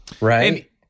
Right